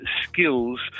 skills